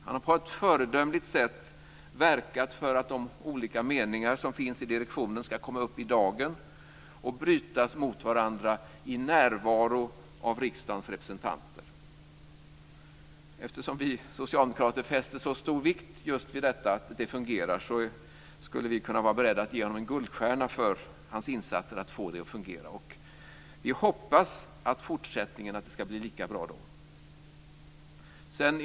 Han har på ett föredömligt sätt verkat för att de olika meningar som finns i direktionen ska komma upp i dagen och brytas mot varandra i närvaro av riksdagens representanter. Eftersom vi socialdemokrater fäster så stor vikt vid att detta fungerar skulle vi kunna vara beredda att ge honom en guldstjärna för hans insatser just för detta. Vi hoppas att det ska bli lika bra i fortsättningen.